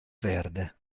verde